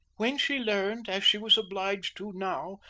when she learned, as she was obliged to now,